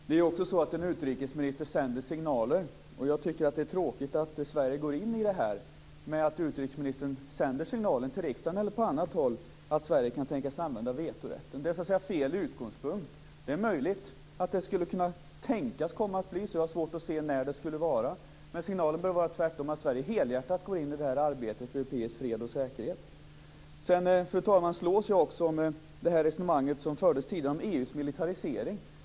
Fru talman! Det är ju också så att en utrikesminister sänder signaler. Jag tycker att det är tråkigt att Sverige går in i det här med att utrikesministern sänder signalen till riksdagen eller på annat håll att Sverige kan tänkas använda vetorätten. Det är fel utgångspunkt. Det är möjligt att det skulle kunna tänkas bli så. Jag har svårt att se när det skulle vara. Men signalen bör tvärtom vara att Sverige helhjärtat går in i arbetet för europeisk fred och säkerhet. Fru talman! Jag slås av resonemanget om EU:s militarisering, som fördes förut.